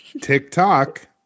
TikTok